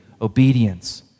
obedience